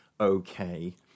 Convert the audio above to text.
okay